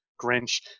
Grinch –